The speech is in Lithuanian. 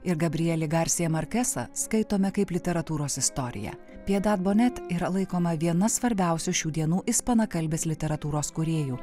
ir gabrielį garsiją markesą skaitome kaip literatūros istoriją piedat bonet net yra laikoma viena svarbiausių šių dienų ispanakalbės literatūros kūrėjų